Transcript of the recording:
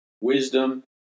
wisdom